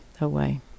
away